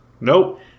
Nope